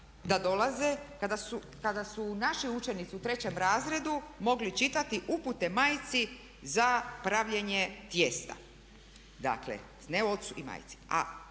da dolaze kada su naši učenici u trećem razredu mogli čitati upute majci za pravljenje tijesta. Dakle, ne ocu i majci.